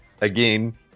Again